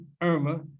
irma